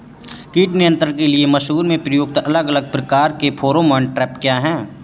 कीट नियंत्रण के लिए मसूर में प्रयुक्त अलग अलग प्रकार के फेरोमोन ट्रैप क्या है?